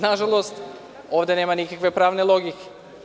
Nažalost, ovde nema nikakve pravne logike.